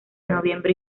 noviembre